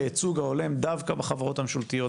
הייצוג ההולם דווקא בחברות הממשלתיות,